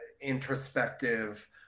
introspective